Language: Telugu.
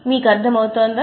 మీకు అర్థం అవుతుందా